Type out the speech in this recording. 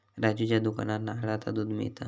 राजूच्या दुकानात नारळाचा दुध मिळता